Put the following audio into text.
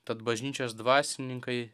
tad bažnyčios dvasininkai